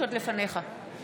שקד, מצביעה עאידה